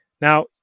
Now